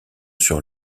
sur